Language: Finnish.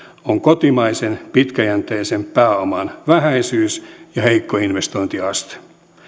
on kotimaisen pitkäjänteisen pääoman vähäisyys ja heikko investointiaste